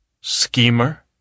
schemer